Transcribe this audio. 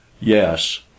Yes